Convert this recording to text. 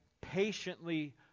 patiently